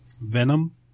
Venom